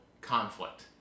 conflict